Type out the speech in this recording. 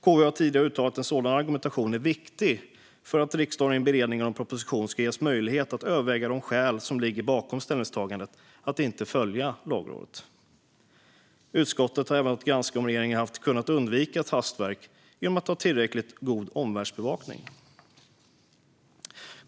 KU har tidigare uttalat att sådan argumentation är viktig för att riksdagen i beredningen av en proposition ska ges möjlighet att överväga de skäl som ligger bakom ställningstagandet att inte följa Lagrådet. Utskottet har även haft att granska om regeringen hade kunnat undvika ett hastverk genom att ha tillräckligt god omvärldsbevakning.